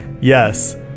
Yes